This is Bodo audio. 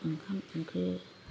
ओंखाम ओंख्रि